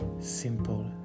simple